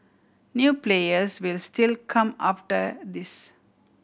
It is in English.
new players will still come after this